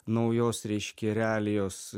naujos reiškia realijos